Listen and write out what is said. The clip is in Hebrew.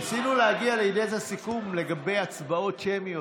ניסינו להגיע לאיזה סיכום לגבי הצבעות שמיות.